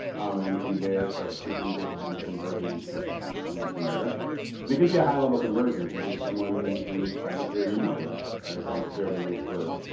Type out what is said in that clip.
and then from there start tweaking based on the conversions that you're seeing come in from there. and it could be a high level conversion. it can be someone who signs up your email list, right? don't necessarily wait for,